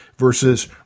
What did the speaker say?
versus